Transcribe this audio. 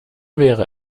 wäre